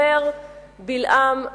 אומר בלעם,